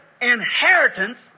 inheritance